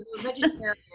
Vegetarian